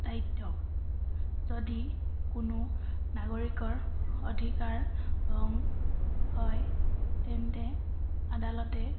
দায়িত্ব যদি কোনো নাগৰিকৰ অধিকাৰ হং হয় তেন্তে আদালতে